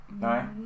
No